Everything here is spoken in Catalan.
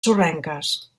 sorrenques